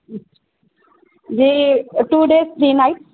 ji two days three nights